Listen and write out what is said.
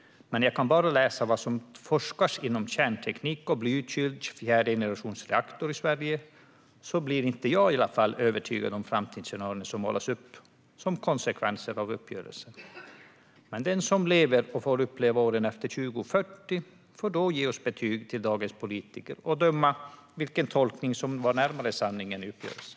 Men när jag läser om forskningen inom kärnteknik och blykyld fjärde generationens reaktor i Sverige blir i alla fall jag inte övertygad om de framtidsscenarier som målas upp som konsekvenser av uppgörelsen. Den som lever och får uppleva åren efter 2040 får då ge betyg till dagens politiker och bedöma vilken tolkning som låg närmast sanningen i uppgörelsen.